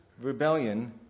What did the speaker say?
rebellion